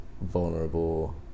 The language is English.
vulnerable